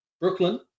Brooklyn